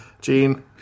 Gene